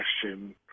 question